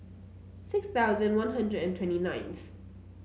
six thousand One Hundred and twenty ninth